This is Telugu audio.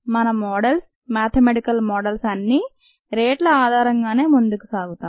మన మోడల్స్ మేథమెటికల్ మోడల్స్ అన్నీ రేట్ల ఆధారంగానే ముందుకుసాగుతాం